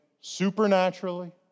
supernaturally